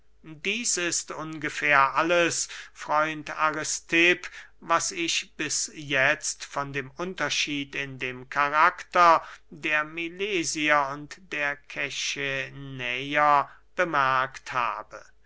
dieß ist ungefähr alles freund aristipp was ich bis jetzt von dem unterschied in dem karakter der milesier und der kechenäer bemerkt habe